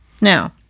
now